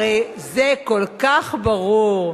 הרי זה כל כך ברור.